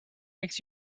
makes